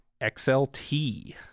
XLT